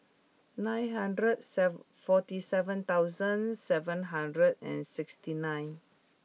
nine hundred serve forty seven seven hundred and sixty nine